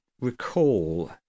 recall